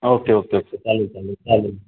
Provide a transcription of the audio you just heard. okay okay okay चालेल चालेल चालेल